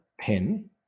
pin